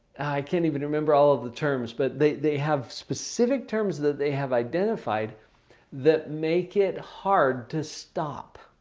can't even remember all of the terms but they they have specific terms that they have identified that make it hard to stop.